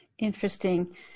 Interesting